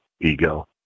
ego